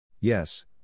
Yes